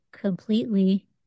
completely